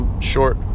short